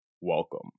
Welcome